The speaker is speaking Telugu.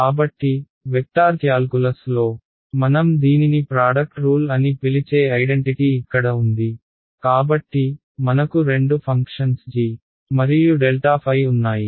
కాబట్టి వెక్టార్ క్యాల్కులస్లో మనం దీనిని ప్రాడక్ట్ రూల్ అని పిలిచే ఐడెంటిటీ ఇక్కడ ఉంది కాబట్టి మనకు రెండు ఫంక్షన్స్ g మరియు ∇ɸ ఉన్నాయి